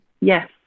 yes